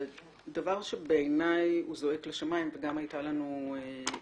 דבר שבעיני הוא זועק לשמיים וגם הייתה לנו התכתבות.